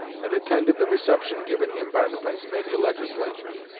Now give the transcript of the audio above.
and attended the reception given him by the pennsylvania legislature,